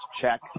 check